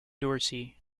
dorsey